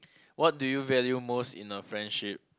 what do you value most in her friendship